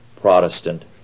Protestant